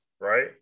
right